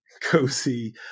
cozy